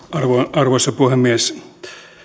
arvoisa puhemies